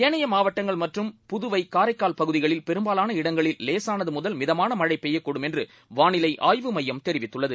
ஏனையமாவட்டங்கள்மற்றும்புதுவை காரைக்கால்பகுதிகளில்பெரும்பாலானஇடங்களில்லேசா னதுமுதல்மிதமானமழைபெய்யக்கூடும்என்றுவானிலை ஆய்வுமையம்தெரிவித்துள்ளது